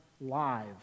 live